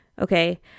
okay